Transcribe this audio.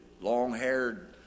long-haired